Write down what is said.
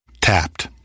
Tapped